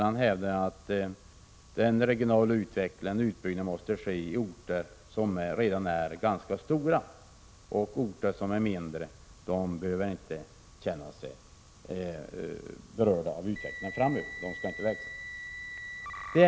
Han hävdade att den regionala utbyggnaden måste ske i orter som redan är ganska stora och att orter som är mindre inte behöver känna sig berörda av utvecklingen framöver; de skall inte växa.